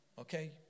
Okay